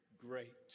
great